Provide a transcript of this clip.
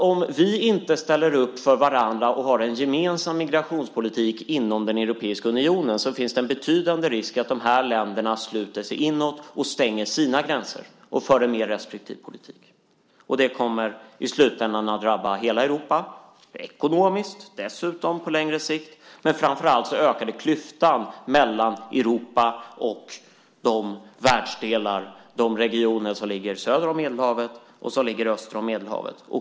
Om vi inte ställer upp för varandra och har en gemensam migrationspolitik inom den europeiska unionen finns det en betydande risk att de här länderna sluter sig inåt och stänger sina gränser och för en mer restriktiv politik. Det kommer i slutändan att drabba hela Europa ekonomiskt på längre sikt, men framför allt ökar det klyftan mellan Europa och de världsdelar och regioner som ligger söder och öster om Medelhavet.